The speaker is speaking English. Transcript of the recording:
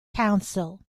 council